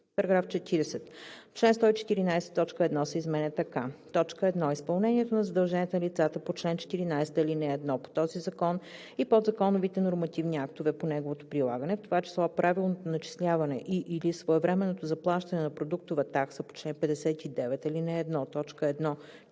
„§ 40. В чл. 114 т. 1 се изменя така: „1. изпълнението на задълженията на лицата по чл. 14, ал. 1 по този закон и подзаконовите нормативни актове по неговото прилагане, в т.ч. правилното начисляване и/или своевременното заплащане на продуктова такса по чл. 59,